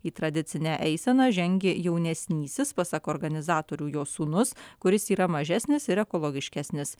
į tradicinę eiseną žengė jaunesnysis pasak organizatorių jo sūnus kuris yra mažesnis ir ekologiškesnis